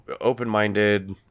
open-minded